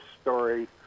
story